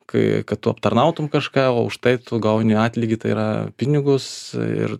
kai kad aptarnautum kažką o už tai tu gauni atlygį tai yra pinigus ir